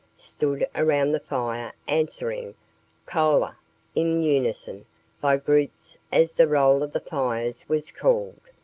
stood around the fire answering kolah in unison by groups as the roll of the fires was called.